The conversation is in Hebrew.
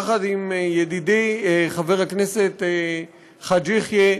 יחד עם ידידי חבר הכנסת חאג' יחיא,